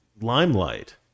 limelight